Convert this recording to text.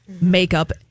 makeup